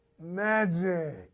magic